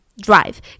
Drive